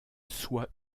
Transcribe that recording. sois